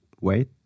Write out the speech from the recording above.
wait